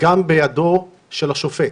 בידו של השופט